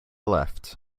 left